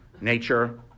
nature